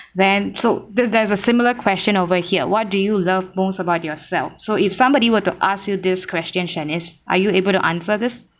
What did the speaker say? then so there's there's a similar question over here what do you love most about yourself so if somebody were to ask you this question shanice are you able to answer this